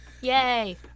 Yay